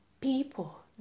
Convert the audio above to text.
people